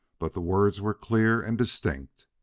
but the words were clear and distinct.